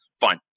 Fine